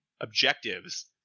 objectives